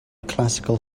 classical